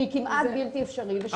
שהיא כמעט בלתי אפשרית.